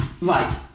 Right